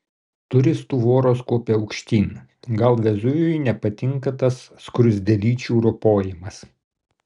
turistų voros kopia aukštyn gal vezuvijui nepatinka tas skruzdėlyčių ropojimas